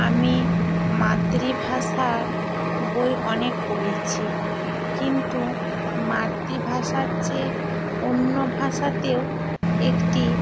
আমি মাতৃভাষার বই অনেক পড়েছি কিন্তু মাতৃভাষার চেয়ে অন্য ভাষাতেও একটি